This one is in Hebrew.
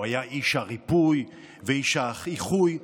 הוא היה איש הריפוי ואיש האיחוי,